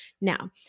Now